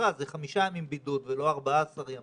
זה חמישה ימים בידוד ולא 14 ימים.